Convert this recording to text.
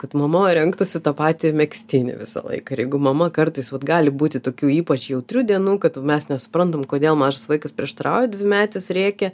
kad mama rengtųsi tą patį megztinį visą laiką ir jeigu mama kartais gali būti tokių ypač jautrių dienų kad mes nesuprantam kodėl mažas vaikas prieštarauja dvimetis rėkia